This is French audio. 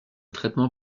traitement